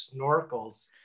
snorkels